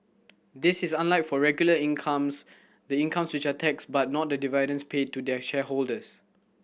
this is unlike for regular incomes the incomes which are taxed but not the dividends paid to their shareholders